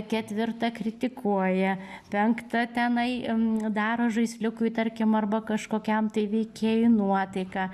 ketvirta kritikuoja penkta tenai daro žaisliukui tarkim arba kažkokiam tai veikėjui nuotaiką